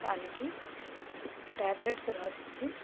దానికి ట్యాబ్లేట్స్ రాసిచ్చి